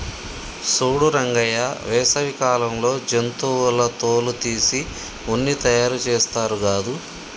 సూడు రంగయ్య వేసవి కాలంలో జంతువుల తోలు తీసి ఉన్ని తయారుచేస్తారు గాదు